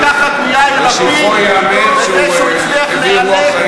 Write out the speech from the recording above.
תראו מה אתם לא עשיתם ותלמדו איך עושים מדינה טובה יותר.